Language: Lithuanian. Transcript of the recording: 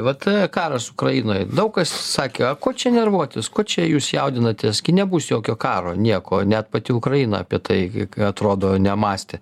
vat karas ukrainoje daug kas sakė o ko čia nervuotis ko čia jūs jaudinatės gi nebus jokio karo nieko net pati ukraina apie tai atrodo nemąstė